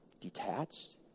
detached